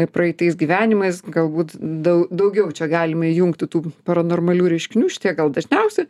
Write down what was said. praeitais gyvenimais galbūt dau daugiau čia galima įjungti tų paranormalių reiškinių šitie gal dažniausi